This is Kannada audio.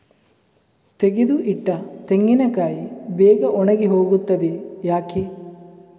ತೆಗೆದು ಇಟ್ಟ ತೆಂಗಿನಕಾಯಿ ಬೇಗ ಒಣಗಿ ಹೋಗುತ್ತದೆ ಯಾಕೆ?